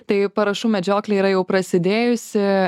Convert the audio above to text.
tai parašų medžioklė yra jau prasidėjusi